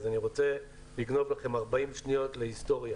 אז אני רוצה לגנוב מכם 40 שניות להיסטוריה